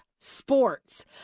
sports